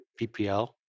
PPL